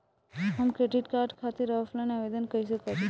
हम credit card खातिर offline आवेदन कइसे करि?